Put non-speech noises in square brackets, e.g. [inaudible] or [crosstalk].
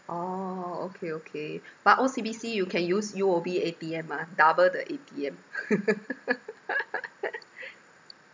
orh okay okay but O_C_B_C you can use U_O_B A_T_M mah double the A_T_M [laughs]